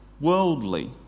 worldly